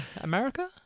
America